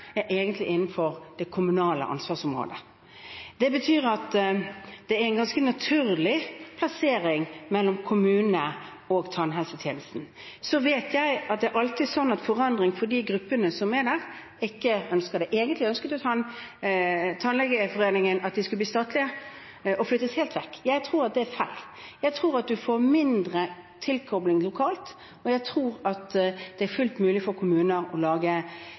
egentlig innenfor det kommunale ansvarsområdet. Det betyr at det er en ganske naturlig plassering i kommunene av tannhelsetjenesten. Så vet jeg at det er alltid sånn når det gjelder forandring, at de gruppene som er der, ikke ønsker det. Egentlig ønsket Tannlegeforeningen at de skulle bli statlige og flyttes helt vekk. Jeg tror det er feil. Jeg tror en får mindre tilkobling lokalt, og jeg tror at det er fullt mulig for kommuner å